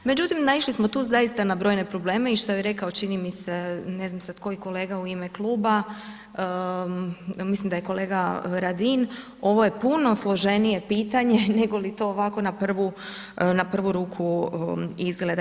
Međutim naišli smo tu zaista na brojne probleme i što je rekao čini mi se, ne znam sad koji kolega u ime kluba, mislim da je kolega Radin, ovo je puno složenije pitanje negoli to ovako na prvu ruku izgleda.